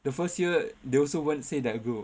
the first year they also won't say that good